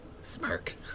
Smirk